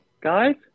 Guys